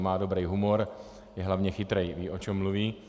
Má dobrý humor, je hlavně chytrý, ví, o čem mluví.